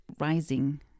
rising